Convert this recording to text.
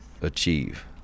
achieve